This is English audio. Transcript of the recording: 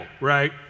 right